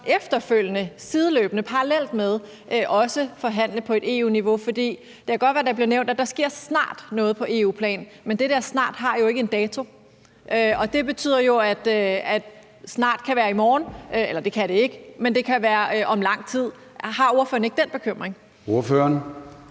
efterfølgende, sideløbende og parallelt forhandle på EU-niveau. Det kan godt være, at det blev nævnt, at der snart sker noget på EU-plan, men det der snart har jo ikke en dato. Og det betyder jo, at snart kan være i morgen – eller det kan det ikke – eller om lang tid. Har ordføreren ikke den bekymring?